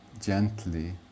gently